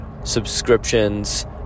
subscriptions